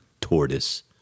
tortoise